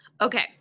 okay